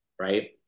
right